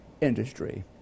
industry